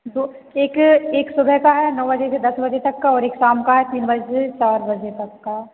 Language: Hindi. दो एक एक सुबह का है नौ बजे से दस बजे तक का और एक शाम का है तीन बजे से चार बजे तक का